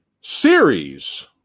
series